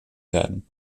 werden